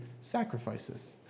sacrifices